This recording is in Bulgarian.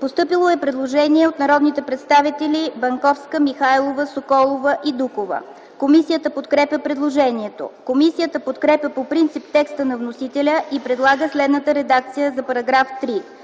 постъпило предложение от народните представители Банковска, Михайлова, Соколова и Дукова. Комисията подкрепя предложението. Комисията подкрепя по принцип текста на вносителя и предлага следната редакция за § 3: „§ 3.